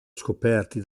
scoperti